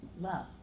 Love